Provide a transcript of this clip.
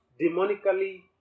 demonically